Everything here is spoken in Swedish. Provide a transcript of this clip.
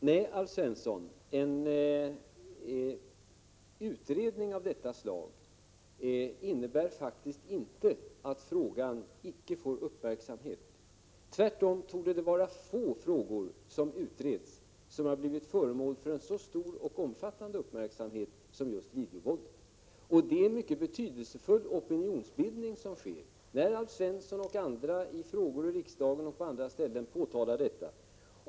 Herr talman! Nej, Alf Svensson, en utredning av detta slag innebär faktiskt inte att frågan icke får uppmärksamhet. Det torde tvärtom vara få frågor under utredning som har blivit föremål för en så omfattande uppmärksamhet som just videovåldet. Det är en mycket betydelsefull opinionsbildning som sker när Alf Svensson och andra genom frågor i riksdagen och på andra ställen påtalar detta.